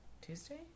Tuesday